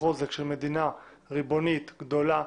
וחוזק של מדינה, ריבונית, גדולה,